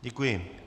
Děkuji.